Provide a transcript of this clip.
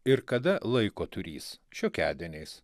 ir kada laiko turįs šiokiadieniais